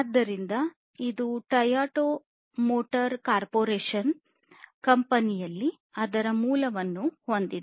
ಆದ್ದರಿಂದ ಇದು Toyota motor corporation ಕಂಪನಿಯಲ್ಲಿ ಅದರ ಮೂಲವನ್ನು ಹೊಂದಿದೆ